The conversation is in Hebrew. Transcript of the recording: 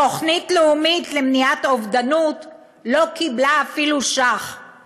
התוכנית הלאומית למניעת אובדנות לא קיבלה אפילו שקל אחד.